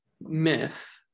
myth